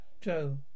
Joe